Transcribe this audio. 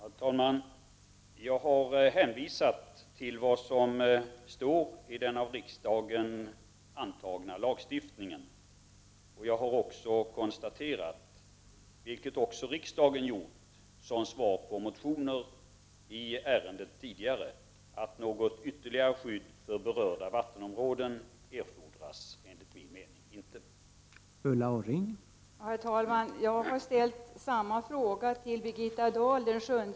Herr talman! Jag har hänvisat till vad som står i den av riksdagen antagna lagstiftningen. Jag har också konstaterat, vilket även riksdagen gjort som svar på motioner tidigare i ärendet, att något ytterligare skydd för berörda vattenområden enligt min mening inte erfordras.